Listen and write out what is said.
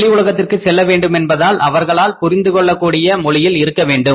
வெளி உலகத்திற்கு செல்ல வேண்டுமென்பதால் அவர்களால் புரிந்து கொள்ள கூடிய மொழியில் இருக்க வேண்டும்